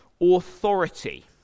authority